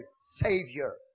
Savior